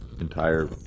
entire